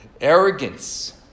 Arrogance